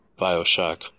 Bioshock